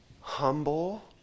Humble